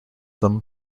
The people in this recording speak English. ham